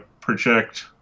project